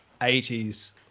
80s